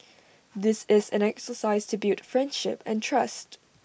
this is an exercise to build friendship and trust